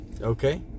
okay